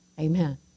Amen